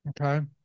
Okay